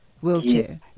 wheelchair